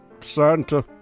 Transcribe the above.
Santa